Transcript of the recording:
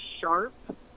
sharp